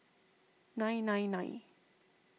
nine nine nine